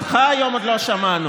אותך היום עוד לא שמענו.